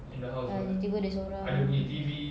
ah tiba-tiba dia seorang